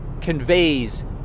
conveys